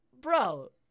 bro